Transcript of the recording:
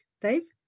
Dave